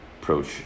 approach